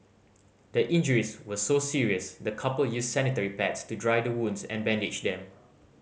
the injuries were so serious the couple used sanitary pads to dry the wounds and bandage them